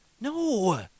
No